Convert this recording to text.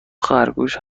خرگوش